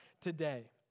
today